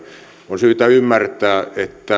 on syytä ymmärtää että